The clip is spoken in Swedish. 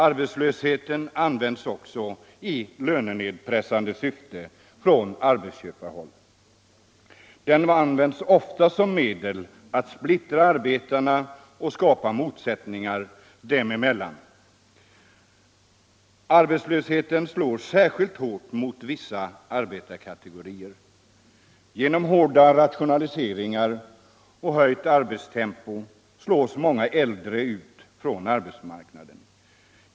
Arbetslösheten används också i lönenedpressande syfte från arbetsköparhåll. Den används ofta som medel att splittra arbetarna och skapa motsättningar dem emellan. Arbetslösheten slår särskilt hårt mot vissa arbetarkategorier. Genom hårda rationaliseringar och höjt arbetstempo slås många äldre ut från arbetsmarknaden.